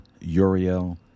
Uriel